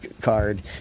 card